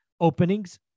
openings